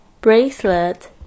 Bracelet